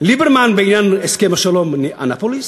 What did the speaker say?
ליברמן בעניין הסכם השלום, אנאפוליס,